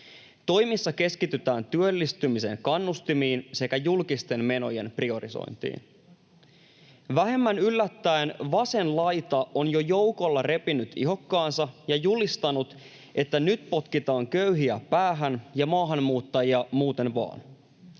Toimissa keskitytään työllistymisen kannustimiin sekä julkisten menojen priorisointiin. Vähemmän yllättäen vasen laita on jo joukolla repinyt ihokkaansa ja julistanut, että nyt potkitaan köyhiä päähän ja maahanmuuttajia muuten vaan.